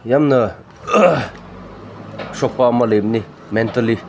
ꯌꯥꯝꯅ ꯁꯣꯛꯄ ꯑꯃ ꯂꯩꯕꯅꯤ ꯃꯦꯟꯇꯦꯜꯂꯤ